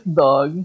dog